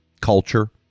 culture